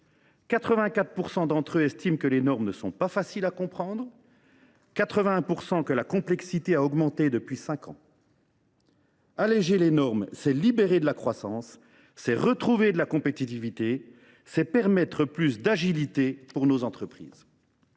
84 % d’entre eux estiment que les normes ne sont pas faciles à comprendre, 81 % que la complexité a augmenté depuis cinq ans. Alléger les normes, c’est libérer de la croissance ; c’est retrouver de la compétitivité ; c’est permettre à nos entreprises